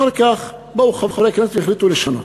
אחר כך באו חברי כנסת והחליטו לשנות.